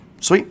sweet